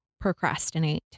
procrastinate